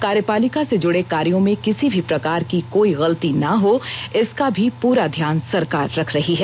कार्यपालिका से जुड़े कार्यों में किसी भी प्रकार की कोई गलती न हो इसका भी पूरा ध्यान सरकार रख रही है